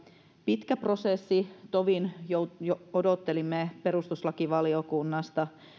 pitkä prosessi tovin jo jo odottelimme perustuslakivaliokunnasta